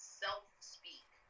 self-speak